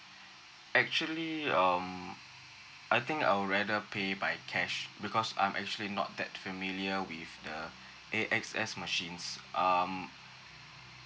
actually um I think I'll rather pay by cash because I'm actually not that familiar with the A_X_S machines um